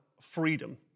freedom